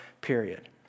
period